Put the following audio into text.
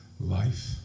Life